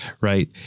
right